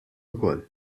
ukoll